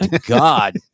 God